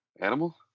Animal